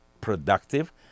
productive